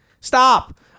Stop